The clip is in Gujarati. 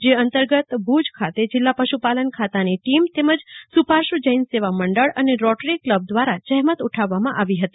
જે અંતર્ગત જિલ્લા પશુપાલન ખાતાની ટીમ તેમજ સુપાર્શ્વ જૈન સેવા મંડળ અને રોટરી કલબ દ્વારા જ્રેમત ઉઠાવવામાં આવી હતી